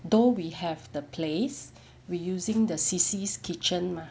though we have the place we using the C_Cs kitchen mah